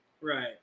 Right